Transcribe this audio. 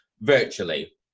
virtually